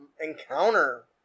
encounter